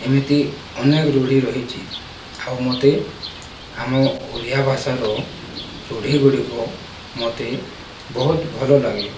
ଏମିତି ଅନେକ ରୂଢ଼ି ରହିଛି ଆଉ ମୋତେ ଆମ ଓଡ଼ିଆ ଭାଷାର ରୂଢ଼ିଗୁଡ଼ିକ ମୋତେ ବହୁତ ଭଲଲାଗେ